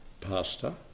pastor